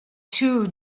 two